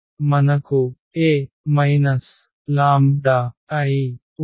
మనకు A λI ఉంది